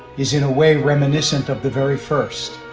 is in a way reminiscent of the very first,